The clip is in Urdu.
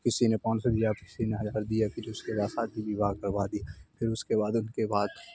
کسی نے پانچ سو دیا کسی نے ہزار دیا پھر اس کے بعد شادی بواہ کروا دی پھر اس کے بعد ان کے بعد